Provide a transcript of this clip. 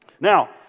Now